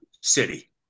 city